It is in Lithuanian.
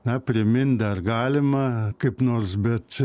na primint dar galima kaip nors bet